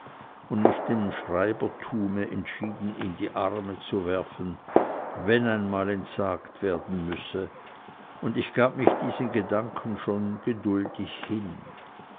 und mich dem schreibertume entschieden in die arme zu werfen wenn einmal entsagt werden müsse und ich gab mich diesem gedanken schon geduldig hin